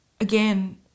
again